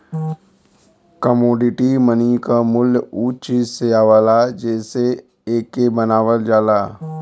commodity money क मूल्य उ चीज से आवला जेसे एके बनावल जाला